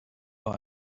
war